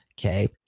Okay